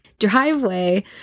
driveway